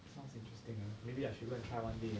sounds interesting ah maybe I should go and try one day ah